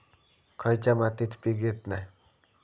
खयच्या मातीत पीक येत नाय?